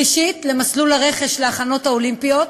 שלישית, למסלול הרכש להכנות האולימפיות,